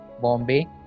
Bombay